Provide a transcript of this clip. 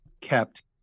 kept